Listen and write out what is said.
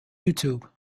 youtube